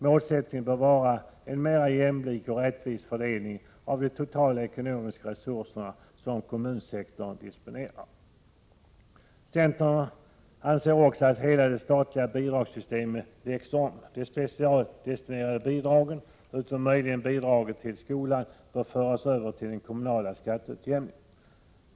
Målsättningen bör vara en mera jämlik och rättvis fördelning av de totala ekonomiska resurserna som kommunsektorn disponerar. Centern anser också att hela det statliga bidragssystemet bör läggas om. De specialdestinerade bidragen, utom möjligen bidraget till skolan, bör föras över till den kommunala skatteutjämningen.